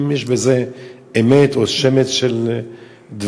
האם יש בזה אמת או שמץ של דברים,